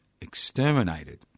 exterminated